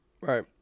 Right